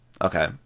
Okay